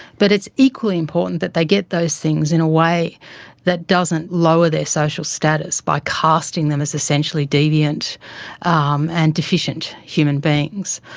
but it's equally important that they get those things in a way that doesn't lower their social status by casting them as essentially deviant um and deficient human beings.